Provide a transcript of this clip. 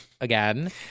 again